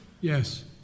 Yes